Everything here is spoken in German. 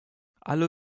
alle